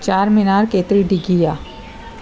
चारमीनार केतिरी ॾिघी आहे